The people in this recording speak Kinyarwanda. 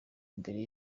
mbere